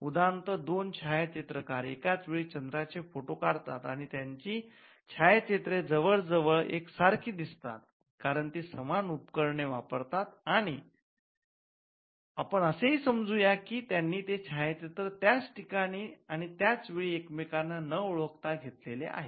उदाहरणार्थ दोन छायाचित्रकार एकाच वेळी चंद्राचे फोटो काढतात आणि त्यांची छायाचित्रे जवळजवळ एकसारखी दिसतात कारण ती समान उपकरणे वापरतात आणि आपण असेही समजू या की त्यांनी ते छायाचित्र त्याच ठिकाणी आणि त्याचवेळी एकमेकांना न ओळखता घेतलेले आहेत